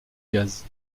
gaz